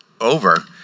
over